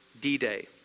D-Day